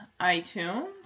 iTunes